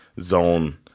zone